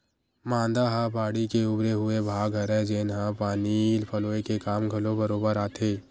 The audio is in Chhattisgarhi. मांदा ह बाड़ी के उभरे हुए भाग हरय, जेनहा पानी पलोय के काम घलो बरोबर आथे